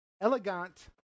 Elegant